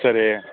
சரி